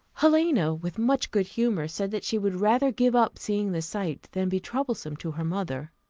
helena, with much good humour, said that she would rather give up seeing the sight than be troublesome to her mother.